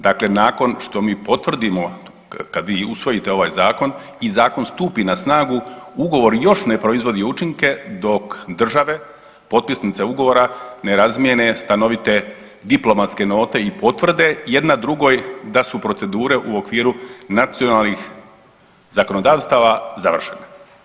Dakle, nakon što mi potvrdimo, kad vi usvojite ovaj zakon i zakon stupi na snagu ugovor još ne proizvodi učinke dok države potpisnice ugovora ne razmijene stanovite diplomatske note i potvrde jedna drugoj da su procedure u okviru nacionalnih zakonodavstava završene.